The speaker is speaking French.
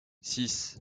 six